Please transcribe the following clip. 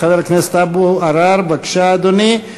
חבר הכנסת אבו עראר, בבקשה, אדוני.